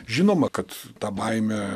žinoma kad tą baimę